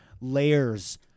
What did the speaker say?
layers